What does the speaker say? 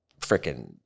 freaking